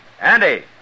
Andy